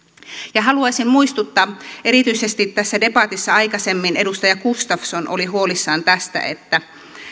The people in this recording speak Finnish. ja haluaisin muistuttaa kun erityisesti tässä debatissa aikaisemmin edustaja gustafsson oli huolissaan siitä että